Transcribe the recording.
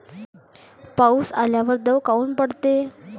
पाऊस आल्यावर दव काऊन पडते?